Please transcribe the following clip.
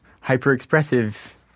hyper-expressive